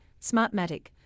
Smartmatic